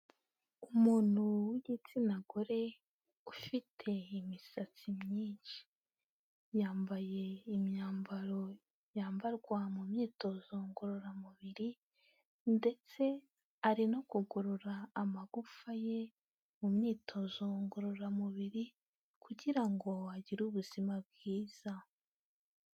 Umuntu w'igitsina gore ufite imisatsi myinshi, yambaye imyambaro yambarwa mu myitozo ngororamubiri ndetse ari no kugorora amagufa ye mu myitozo ngororamubiri kugira ngo agire ubuzima bwiza.